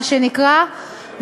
מה שנקרא,